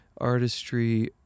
artistry